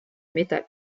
métal